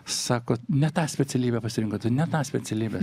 sako ne tą specialybę pasirinkote ne tą specialybę